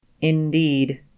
Indeed